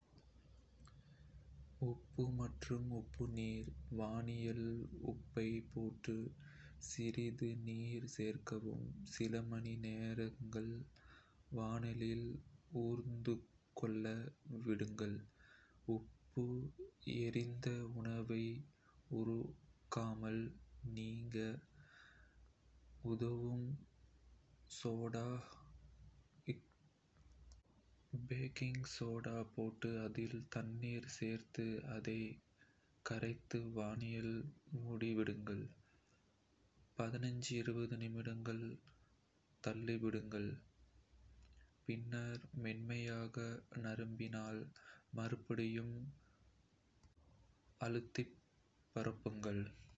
உப்பு மற்றும் உப்பு நீர் வாணலியில் உப்பை போட்டு சிறிது நீர் சேர்க்கவும். சில மணி நேரங்கள் வாணலியில் ஊர்ந்துக்கொள்ள விடுங்கள். உப்பு, எரிந்த உணவை உருக்காமல் நீக்க உதவும். சோடா பைகார்போனேட் வாணலியில் ஒரு தேக்கரண்டி பேக்கிங் சோடா போட்டு, அதில் தண்ணீர் சேர்த்து, அதை கரைத்து வாணலியை மூடி விடுங்கள். நிமிடங்கள் தள்ளிவிடுங்கள். பின்னர் மென்மையாக நரம்பினால் மறுபடியும் அழுத்திப் பரப்புங்கள்.